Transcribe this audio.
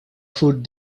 food